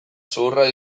zuhurra